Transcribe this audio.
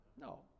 No